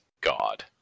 god